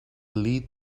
lead